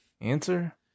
answer